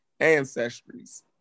ancestries